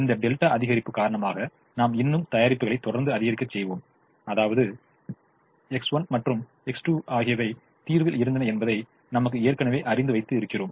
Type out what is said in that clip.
இந்த δ அதிகரிப்பு காரணமாக நாம் இன்னும் தயாரிப்புகளை தொடர்ந்து அதிகரிக்க செய்வோம் அதாவது X1 மற்றும் X2 ஆகியவை தீர்வில் இருந்தன என்பது நமக்கு ஏற்கனவே அறிந்து வைத்து இருக்கிறோம்